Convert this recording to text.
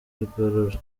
igorora